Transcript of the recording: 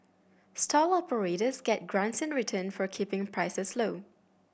stall operators get grants in return for keeping prices low